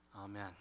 Amen